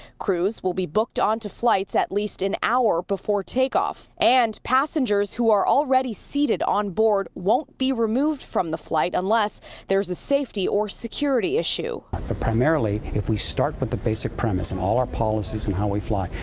crews will be booked onto flights at least an hour before takeoff and passengers who are already seated on board won't be removed from the flight unless there's a safety or security issue. primarily if we start with the basic premise, and all of our policies and how we fly,